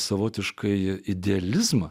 savotišką idealizmą